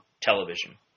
television